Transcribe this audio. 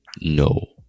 No